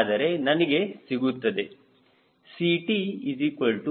ಹಾಗಾದರೆ ನನಗೆ ಸಿಗುತ್ತದೆ CtCbnppV550php